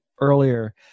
earlier